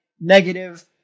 negative